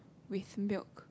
with milk